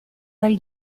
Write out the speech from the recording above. dal